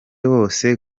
bose